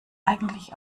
eigentlich